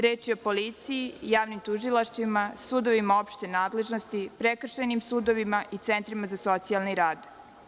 Reč je o policiji i javnim tužilaštvima, sudovima opšte nadležnosti, prekršajnim sudovima i centrima za socijalni rad.